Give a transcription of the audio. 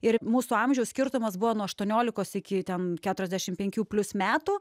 ir mūsų amžiaus skirtumas buvo nuo aštuoniolikos iki ten keturiasdešim penkių plius metų